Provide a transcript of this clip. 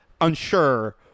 unsure